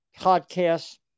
podcast